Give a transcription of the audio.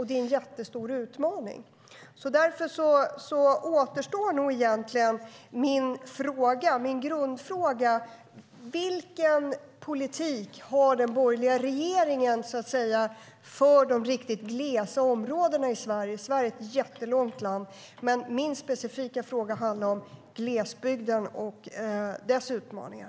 Det är en jättestor utmaning. Därför kvarstår min grundfråga: Vilken politik har den borgerliga regeringen för de riktigt glesa områdena i Sverige? Sverige är ett jättelångt land, och min specifika fråga handlar om glesbygden och dess utmaningar.